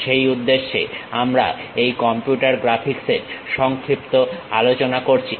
সেই উদ্দেশ্যে আমরা এই কম্পিউটার গ্রাফিক্সের সংক্ষিপ্ত আলোচনা করছি